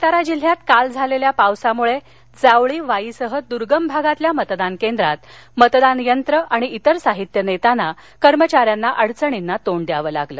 सातारा जिल्ह्यात काल झालेल्या पावसामुळे जावळी वाईसह दुर्गम भागातल्या मतदान केंद्रात मतदान यंत्रे आणि इतर साहित्य नेताना कर्मचाऱ्यांना अडचणींनां तोंड द्यावं लागलं